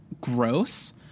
Gross